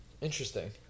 Interesting